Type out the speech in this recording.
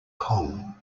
kong